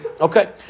okay